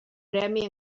premi